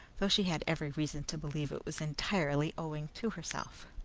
though she had every reason to believe it was entirely owing to herself.